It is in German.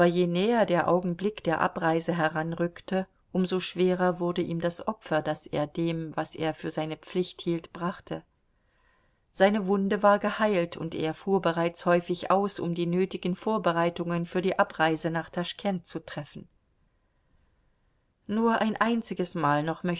je näher der augenblick der abreise heranrückte um so schwerer wurde ihm das opfer das er dem was er für seine pflicht hielt brachte seine wunde war geheilt und er fuhr bereits häufig aus um die nötigen vorbereitungen für die abreise nach taschkent zu treffen nur ein einziges mal noch